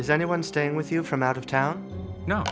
is anyone staying with you from out of town kno